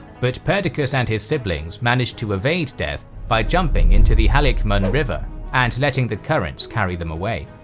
but perdiccas and his siblings managed to evade death by jumping into the haliacmon river and letting the currents carry them away.